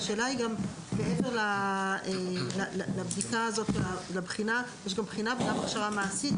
השאלה היא גם מעבר לבדיקה יש גם בחינה וגם הכשרה מעשית.